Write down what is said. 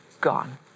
gone